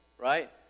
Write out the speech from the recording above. right